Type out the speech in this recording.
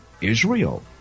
Israel